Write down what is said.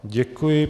Děkuji.